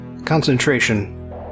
Concentration